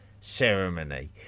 Ceremony